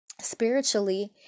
Spiritually